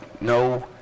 no